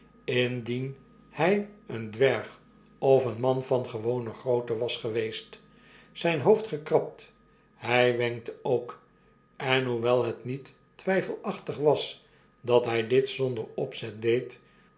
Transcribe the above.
indien hij een dwerg of een man van gewone grootte was geweest zijn hoofd gekrabd hij wenkte ook enhoewelhetniettwyfelachtig was dat hjj dit zonder opzet deed